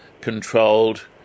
controlled